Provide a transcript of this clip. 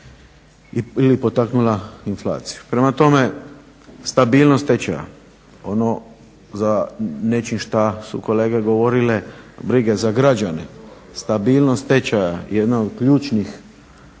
ili potaknula inflaciju. Prema tome, stabilnost tečaja, ono za nečim šta su kolege govorile, brige za građane, stabilnost tečaja, jedna od ključnih